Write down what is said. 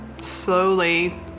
slowly